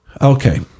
Okay